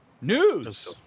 News